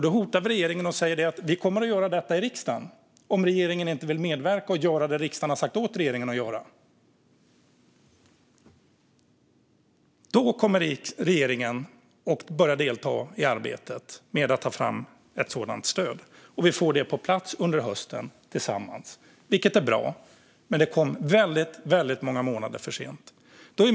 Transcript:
Då hotade vi regeringen med att vi skulle genomföra detta i riksdagen om regeringen inte ville göra det som riksdagen hade begärt. Då började regeringen delta i arbetet med att ta fram ett sådant stöd, och vi fick det på plats tillsammans under hösten. Det är bra, men det kom många månader för sent.